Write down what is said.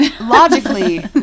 Logically